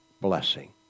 Blessing